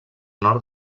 nord